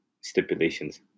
Stipulations